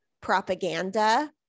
propaganda